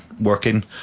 working